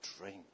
drink